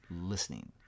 listening